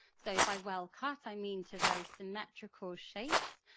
so by well-cut i mean to very symmetrical shapes,